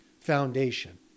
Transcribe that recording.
foundation